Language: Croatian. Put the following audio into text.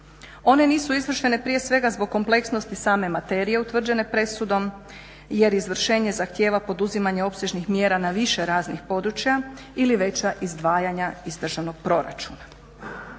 One nisu izvršene prije svega zbog kompleksnosti same materije utvrđene presudom, jer izvršenje zahtijeva poduzimanje opsežnih mjera na više raznih područja ili veća izdvajanja iz državnog proračuna.